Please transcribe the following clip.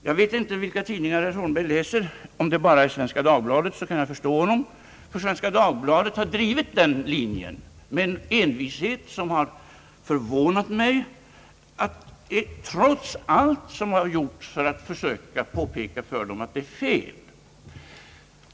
Jag vet inte vilka tidningar herr Holmberg läser — om det bara är Svenska Dagbladet, så kan jag förstå honom, ty denna tidning har följt sin linje i den här frågan med en envishet som har förvånat mig efter allt som gjorts för att påpeka för tidningen att den har fel.